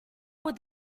would